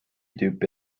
tüüpi